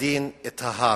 הדין את ההר.